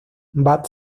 bad